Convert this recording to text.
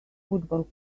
football